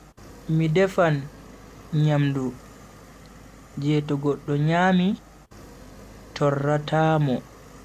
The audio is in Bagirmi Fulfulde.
Mi defan nyamdu je to godda nyami torrata mo.